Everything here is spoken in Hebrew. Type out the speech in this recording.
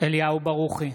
אליהו ברוכי,